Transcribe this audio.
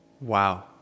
Wow